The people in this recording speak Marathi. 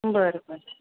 बरं बरं